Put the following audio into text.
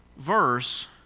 verse